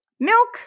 Milk